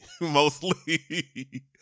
mostly